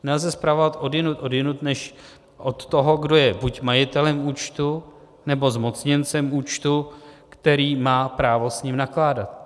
Nelze spravovat odjinud než od toho, kdo je buď majitelem účtu, nebo zmocněncem účtu, který má právo s ním nakládat.